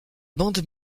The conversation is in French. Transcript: bande